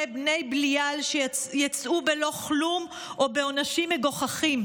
בני בלייעל והם יצאו בלא כלום או בעונשים מגוחכים.